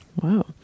Wow